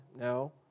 No